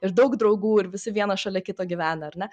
ir daug draugų ir visi vienas šalia kito gyvena ar ne